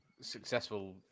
successful